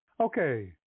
Okay